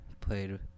played